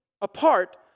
apart